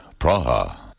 Praha